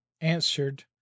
answered